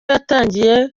yatangiye